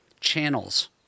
channels